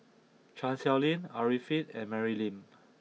Chan Sow Lin Arifin and Mary Lim